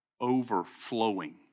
overflowing